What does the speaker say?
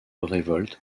révolte